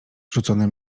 rzucone